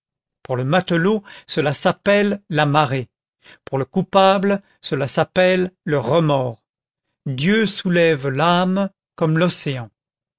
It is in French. pour le matelot cela s'appelle la marée pour le coupable cela s'appelle le remords dieu soulève l'âme comme l'océan